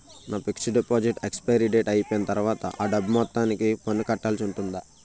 నా fixed deposit expiry date అయిపోయిన తర్వాత అ డబ్బు మొత్తానికి పన్ను కట్టాల్సి ఉంటుందా?